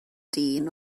dyn